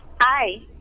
Hi